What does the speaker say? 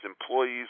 employees